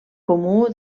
comú